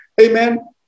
Amen